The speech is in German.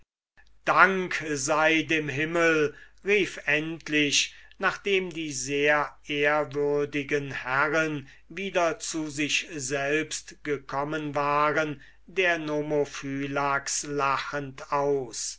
dank sei dem himmel rief endlich nachdem die sehr ehrwürdigen herren wieder zu sich selbst gekommen waren der nomophylax lachend aus